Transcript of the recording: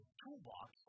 toolbox